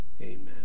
amen